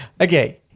Okay